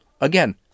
Again